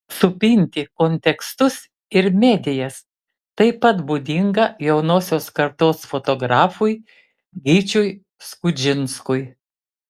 supinti kontekstus ir medijas taip pat būdinga jaunosios kartos fotografui gyčiui skudžinskui